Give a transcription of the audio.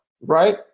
right